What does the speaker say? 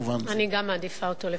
אני גם מעדיפה אותו לפני.